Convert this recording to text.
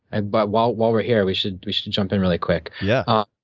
and but while while we're here, we should we should jump in really quick. yeah